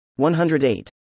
108